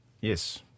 yes